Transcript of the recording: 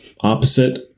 opposite